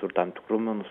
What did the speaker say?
tam tikrų minusų